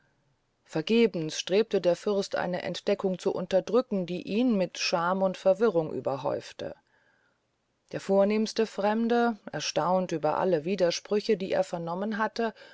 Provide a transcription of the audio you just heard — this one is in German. vergebens strebte der fürst eine entdeckung zu unterdrücken die ihn mit scham und verwirrung über häufte der vornehmste fremde erstaunt über alle widersprüche die er vernommen hatte